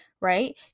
right